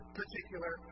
particular